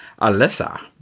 Alyssa